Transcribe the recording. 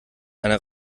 eine